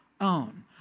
own